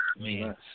man